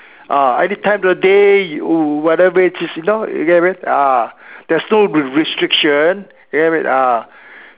ah anything time of the day you whatever it is you know you get what I mean ah there's no restriction you get what I mean ah